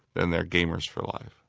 then they are gamers for life.